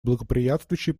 благоприятствующей